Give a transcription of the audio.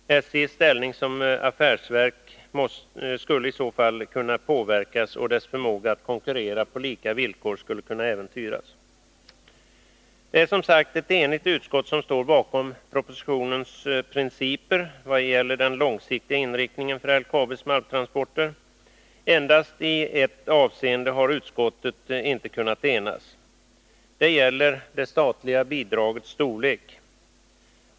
SJ:s ställning som affärsverk skulle i så fall kunna påverkas, och dess förmåga att konkurrera på lika villkor skulle kunna äventyras. 79 Det är som sagt ett enigt utskott som står bakom propositionens principer i vad gäller den långsiktiga inriktningen för LKAB:s malmtransporter. Endast i ett avseende har utskottet inte kunnat enas. Det gäller det statliga bidragets storlek.